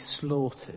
slaughtered